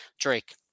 Drake